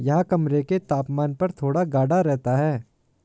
यह कमरे के तापमान पर थोड़ा गाढ़ा रहता है